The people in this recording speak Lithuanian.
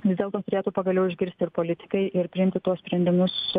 vis dėlto turėtų pagaliau išgirsti ir politikai ir priimti tuos sprendimus